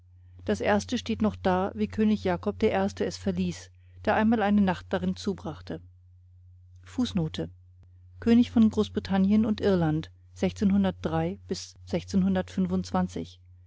das erste steht noch da wie könig jakob der erste es verließ der einmal eine nacht darin zubrachte